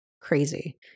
crazy